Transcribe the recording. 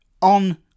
on